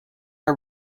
are